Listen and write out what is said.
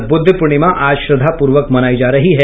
और बुद्ध पूर्णिमा आज श्रद्धापूर्वक मनायी जा रही है